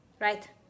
right